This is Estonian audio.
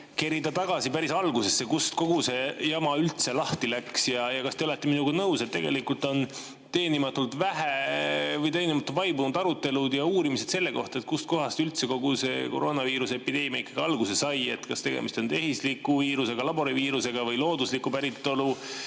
kerida tagasi päris algusesse, kust kogu see jama üldse lahti läks. Kas te olete minuga nõus, et tegelikult on teenimatult vaibunud arutelud selle üle ja selle uurimine, kust kohast üldse kogu see koroonaviiruse epideemia ikkagi alguse sai, kas tegemist on tehisliku viirusega, laboriviirusega või looduslikku päritolu